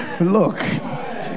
look